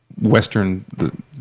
Western